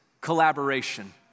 collaboration